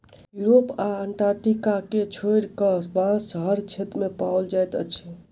Europe आ Antarctica के छोइड़ कअ, बांस हर क्षेत्र में पाओल जाइत अछि